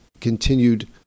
continued